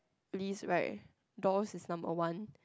list right dolls is number one